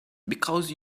because